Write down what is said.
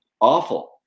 awful